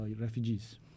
refugees